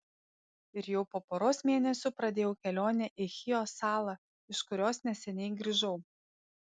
ir jau po poros mėnesių pradėjau kelionę į chijo salą iš kurios neseniai grįžau